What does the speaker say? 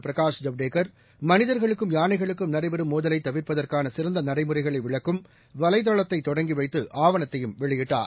பிரகாஷ் ஜவ்டேகர் மனிதர்களுக்கும் யாளைகளுக்கும் நடைபெறும் மோதலைதவிர்ப்பதற்கானசிறந்தநடைமுறைகளைவிளக்கும் வலைதளத்தைதொடங்கிவைத்து ஆவணத்தையும் வெளியிட்டார்